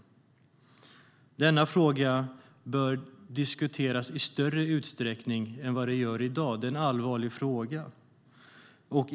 Denna fråga bör diskuteras i större utsträckning än vad som sker i dag. Det är en allvarlig fråga.